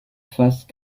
fast